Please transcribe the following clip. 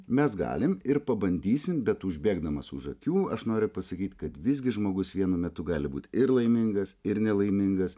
mes galim ir pabandysim bet užbėgdamas už akių aš noriu pasakyt kad visgi žmogus vienu metu gali būt ir laimingas ir nelaimingas